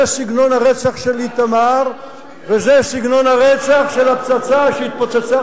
זה סגנון הרצח של איתמר וזה סגנון הרצח של הפצצה שהתפוצצה